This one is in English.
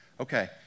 okay